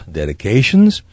dedications